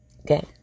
Okay